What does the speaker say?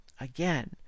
Again